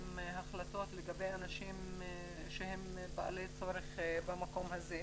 החלטות לגבי אנשים שהם בעלי צורך במקום הזה.